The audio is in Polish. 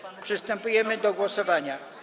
Przystępujemy do głosowania.